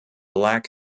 lack